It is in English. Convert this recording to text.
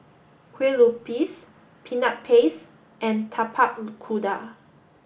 Kue Lupis Peanut Paste and Tapak Kuda